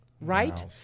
right